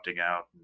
out